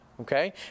Okay